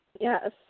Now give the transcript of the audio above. Yes